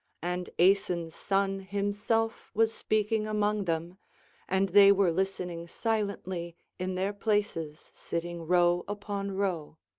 and aeson's son himself was speaking among them and they were listening silently in their places sitting row upon row